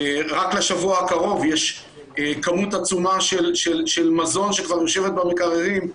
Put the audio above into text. רק לשבוע הקרוב יש כמות עצומה של מזון שכבר נמצאת במקררים,